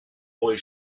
boy